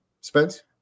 Spence